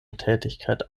tätigkeit